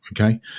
okay